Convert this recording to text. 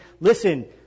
listen